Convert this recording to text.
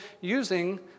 using